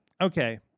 okay